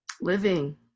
living